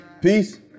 Peace